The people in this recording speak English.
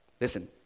listen